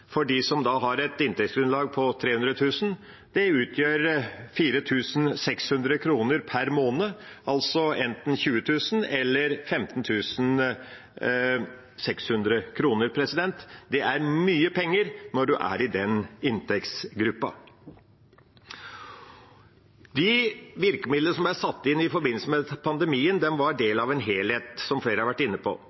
for dem som har et inntektsgrunnlag på 300 000 kr, ca. 4 400 kr per måned, altså enten 20 000 kr eller 15 600 kr. Det er mye penger når en er i den inntektsgruppa. De virkemidlene som ble satt inn i forbindelse med pandemien, var en del av en helhet, som flere har vært inne på.